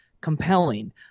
compelling –